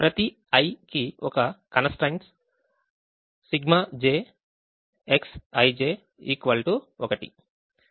ప్రతి i కి ఒక కన్స్ ట్రైన్ట్ ΣjXij 1